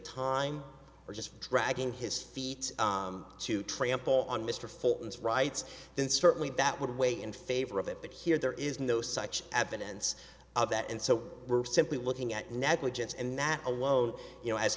timeline or just dragging his feet to trample on mr fulton's rights then certainly that would weigh in favor of it but here there is no such evidence of that and so we're simply looking at negligence and that alone you know as